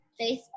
Facebook